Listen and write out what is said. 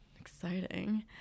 Exciting